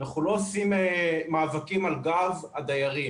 אנחנו לא עושים מאבקים על גב הדיירים.